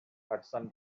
hudson